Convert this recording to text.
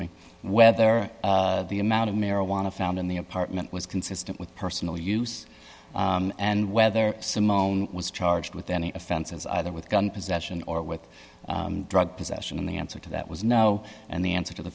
me whether the amount of marijuana found in the apartment was consistent with personal use and whether simone was charged with any offenses either with gun possession or with drug possession and the answer to that was no and the answer to the